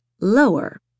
lower